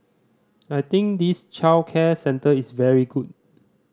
I think this childcare centre is very good